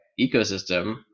ecosystem